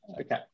Okay